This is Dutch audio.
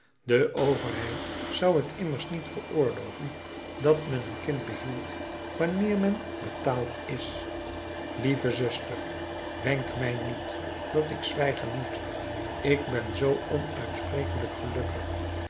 de overheid zou t immers niet veroorloven dat men een kind behield wanneer men betaald is lieve zuster wenk mij niet dat ik zwijgen moet ik ben zoo onuitsprekelijk gelukkig